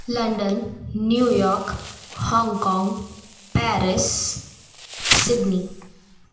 London New York Hong Kong Paris Sydney